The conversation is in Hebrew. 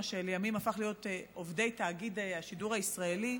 מי שלימים הפכו להיות עובדי תאגיד השידור הישראלי,